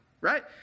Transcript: Right